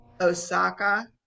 osaka